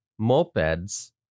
mopeds